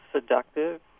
seductive